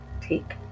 take